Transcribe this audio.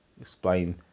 explain